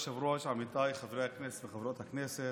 כבוד היושב-ראש, עמיתיי חברי הכנסת וחברות הכנסת,